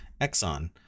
Exxon